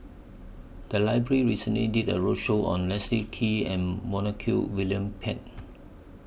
The Library recently did A roadshow on Leslie Kee and Montague William Pett